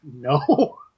No